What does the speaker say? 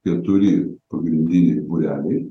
keturi pagrindiniai būreliai